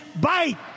bite